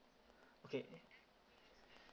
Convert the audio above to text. okay